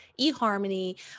eHarmony